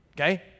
Okay